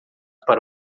para